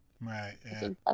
Right